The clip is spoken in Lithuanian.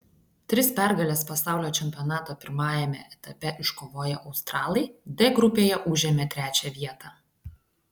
tris pergales pasaulio čempionato pirmajame etape iškovoję australai d grupėje užėmė trečią vietą